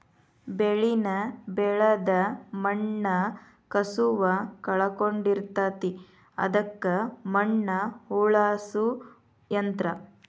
ಬೆಳಿನ ಬೆಳದ ಮಣ್ಣ ಕಸುವ ಕಳಕೊಳಡಿರತತಿ ಅದಕ್ಕ ಮಣ್ಣ ಹೊಳ್ಳಸು ಯಂತ್ರ